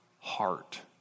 heart